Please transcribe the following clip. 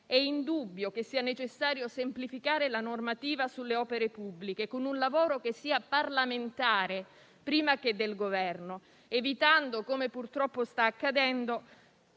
È indubbio che sia necessario semplificare la normativa sulle opere pubbliche, con un lavoro che sia parlamentare prima che del Governo, evitando - come purtroppo sta accadendo